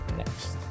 next